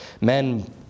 men